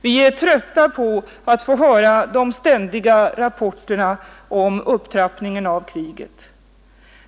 Vi är trötta på att få höra de ständiga rapporterna om upptrappningen av kriget.